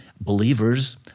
believers